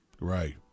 Right